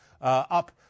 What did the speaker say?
up